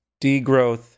degrowth